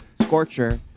Scorcher